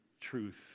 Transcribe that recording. truth